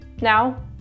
Now